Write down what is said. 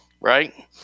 right